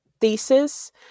thesis